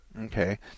Okay